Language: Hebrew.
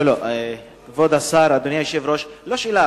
כבוד השר, אדוני היושב-ראש, זו לא שאלה.